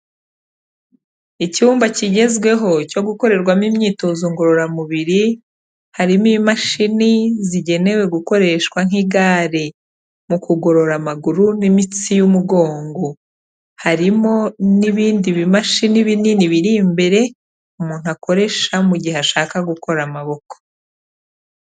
Icyumba kigezweho cyo gukorerwamo imyitozo ngororamubiri, harimo imashini, zigenewe gukoreshwa nk'igare. Mu kugorora amaguru, n'imitsi y'umugongo. Harimo n'ibindi bimashini binini biri imbere, umuntu akoresha, mu gihe ashaka gukora amaboko.